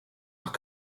are